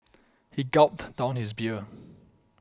he gulped down his beer